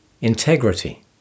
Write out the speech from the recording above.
integrity